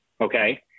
Okay